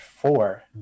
four